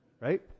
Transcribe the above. Right